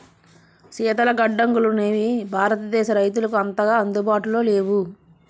శీతల గడ్డంగులనేవి భారతదేశ రైతులకు అంతగా అందుబాటులో లేవు